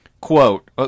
Quote